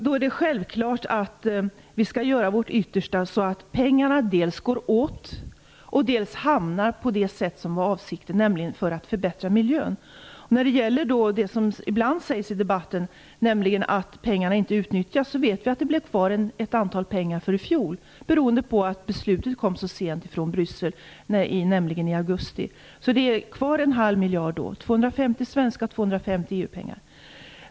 Då är det självklart att vi skall göra vårt yttersta dels så att pengarna går åt, dels så att de används för det som var avsikten, nämligen för att förbättra miljön. När det gäller det som ibland sägs i debatten, att pengarna inte utnyttjas, vet vi att det blev pengar över från i fjol beroende på att beslutet fattades så sent i Bryssel, i augusti. Det finns alltså kvar 0,5 miljarder - EU.